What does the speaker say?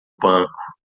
banco